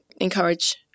encourage